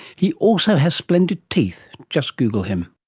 he also has splendid teeth, just google him